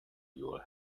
your